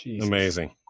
Amazing